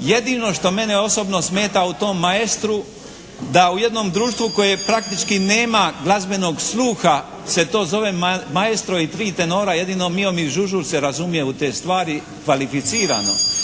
Jedino što mene osobno smeta u jednom "Maestru" da u jednom društvu koje praktički nema glazbenog sluha se to zove "Maestro i 3 tenora". Jedino Miomir Žužul se razumije u te stvari kvalificirano.